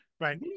Right